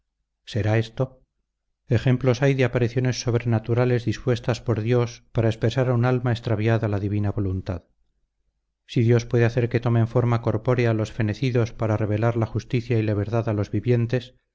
será esto ejemplos hay de apariciones sobrenaturales dispuestas por dios para expresar a un alma extraviada la divina voluntad si dios puede hacer que tomen forma corpórea los fenecidos para revelar la justicia y la verdad a los vivientes